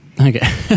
Okay